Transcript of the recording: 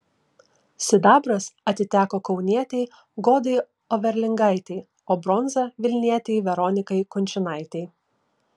sidabras atiteko kaunietei godai overlingaitei o bronza vilnietei veronikai kunčinaitei